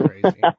crazy